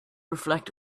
reflect